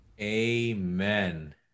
Amen